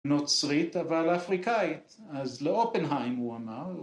‫נוצרית, אבל אפריקאית. ‫אז לאופנהיים, הוא אמר.